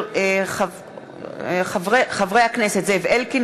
מאת חברי הכנסת זאב אלקין,